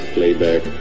Playback